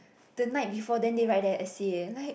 the night before then they write their essay like